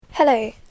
Hello